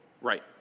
Right